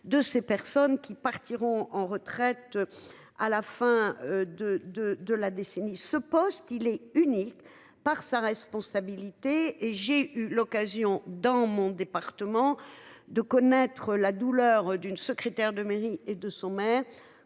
de ces personnes qui partiront en retraite à la fin de de de la décennie ce poste il est unique par sa responsabilité et j'ai eu l'occasion dans mon département de connaître la douleur d'une secrétaire de mairie et de son maire,